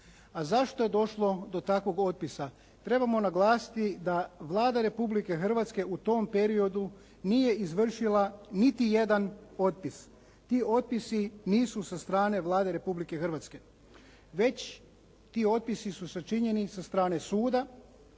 A zašto je došlo do takvog otpisa? Trebamo naglasiti da Vlada Republike Hrvatske u tom periodu nije izvršila niti jedan otpis. Ti otpisi nisu sa strane Vlade Republike Hrvatske, već ti otpisi su sa činjenica strane suda